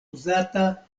uzata